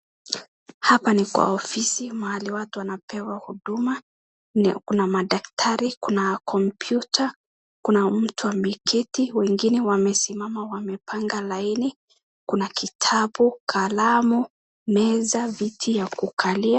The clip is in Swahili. Hapa ni kwa ofisi mahali watu wanapewa huduma na kuna madaktari, kuna computer , kuna mtu ameketi, wengine wamesimama wamepanga laini, kuna kitabu, kalamu, meza, viti ya kukalia,